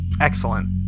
Excellent